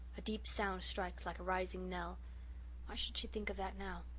a deep sound strikes like a rising knell why should she think of that now?